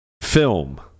film